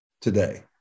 today